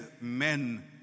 men